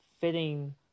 fitting